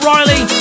Riley